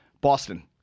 Boston